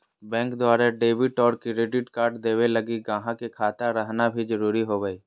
bank द्वारा debit और credit card देवे लगी गाहक के खाता रहना भी जरूरी होवो